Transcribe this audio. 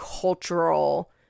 cultural